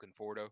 Conforto